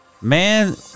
Man